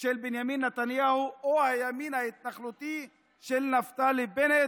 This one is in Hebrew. של בנימין נתניהו או הימין ההתנחלותי של נפתלי בנט.